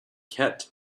kept